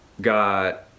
got